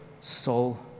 soul